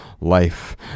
life